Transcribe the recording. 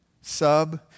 Sub